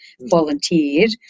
volunteered